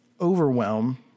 overwhelm